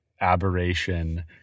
aberration